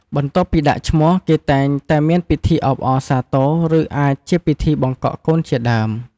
បន្ទាប់ពីដាក់ឈ្មោះ គេតែងតែមានពិធីអបអរសាទរ ឬអាចជាពិធីបង្កក់កូនជាដើម។